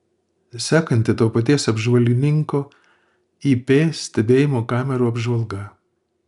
sekanti to paties apžvalgininko ip stebėjimo kamerų apžvalga